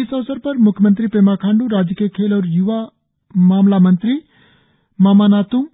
इस अवसर पर मुख्यमंत्री पेमा खांड्र राज्य के खेल और य्वा मामला मंत्री मामा नात्ंग